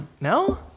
No